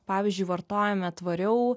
pavyzdžiui vartojame tvariau